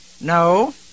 No